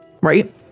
Right